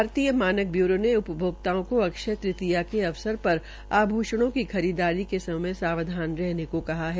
भारत मानक ब्यूरो ने उपभोक्ताओं को अक्षय तृतीया के अवसर पर आभ्षणों की खरीददारी के समय सावधान रहने को कहा है